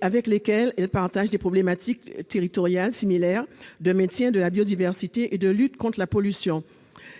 avec lesquels elles partagent des problématiques territoriales similaires en termes de maintien de la biodiversité et de lutte contre la pollution,